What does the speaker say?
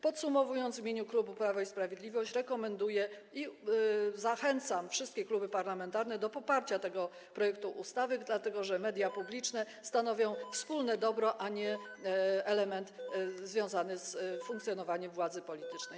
Podsumowując, w imieniu klubu Prawo i Sprawiedliwość rekomenduję i zachęcam wszystkie kluby parlamentarne do poparcia tego projektu ustawy, dlatego że media publiczne stanowią wspólne dobro, a nie element związany z funkcjonowaniem władzy politycznej.